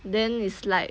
then it's like